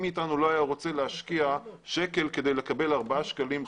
מאתנו לא היה רוצה להשקיע שקל כדי לקבל בחזרה